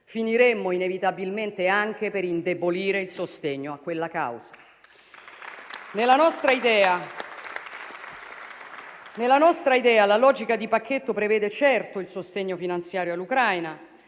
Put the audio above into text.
finiremmo inevitabilmente anche per indebolire il sostegno a quella causa. Nella nostra idea la logica di pacchetto prevede, certo, il sostegno finanziario all'Ucraina,